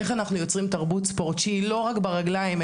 איך אנחנו יוצרים תרבות ספורט שהיא לא רק ברגליים,